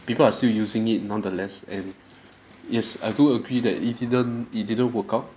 people are still using it nonetheless and yes I do agree that it didn't it didn't work out